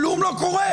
כלום לא קורה.